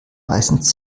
meistens